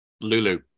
Lulu